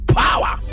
power